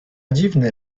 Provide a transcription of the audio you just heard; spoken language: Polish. dziwny